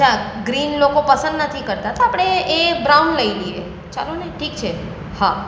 અચ્છા ગ્રીન લોકો પસંદ નથી કરતા તો આપણે એ બ્રાઉન લઈ લઇએ ચાલો ને ઠીક છે હા